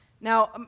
Now